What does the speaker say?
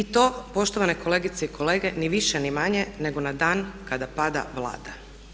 I to poštovane kolegice i kolege ni više ni manje nego na dan kada pada Vlada.